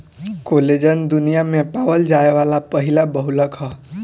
collagen दुनिया में पावल जाये वाला पहिला बहुलक ह